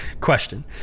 Question